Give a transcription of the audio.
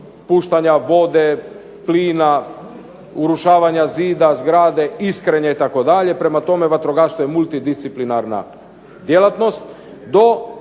puštanja vode, plina, urušavanja zida, zgrade iskrenje itd. Prema tome, vatrogastvo je multidisciplinarna djelatnost